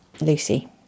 Lucy